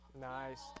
Nice